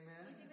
Amen